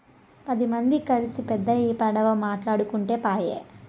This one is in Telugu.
పది మంది కల్సి పెద్ద పడవ మాటాడుకుంటే పాయె